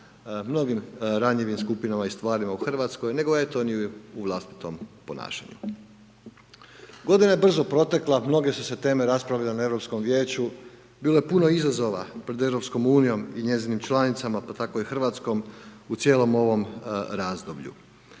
mnogim ranjivim skupinama i stvarima u Hrvatskoj, nego ni u vlastitom ponašanju. Godina je brzo protekla, mnoge su se teme raspravljale na Europskom vijeću, bilo je puno izazova pred Europskom unijom i njezinim članicama, pa tako i Hrvatskom u cijelom ovom razdoblju,